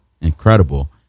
incredible